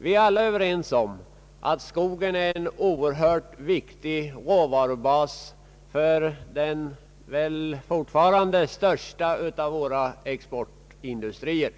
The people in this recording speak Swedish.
Vi är alla överens om att skogen är en oerhört viktig råvarubas för den väl fortfarande största av våra exportindustrier.